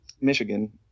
Michigan